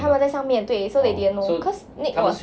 他们在上面对 so they didn't know cause nick was